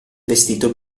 vestito